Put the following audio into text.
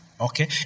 okay